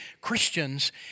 Christians